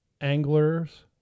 Anglers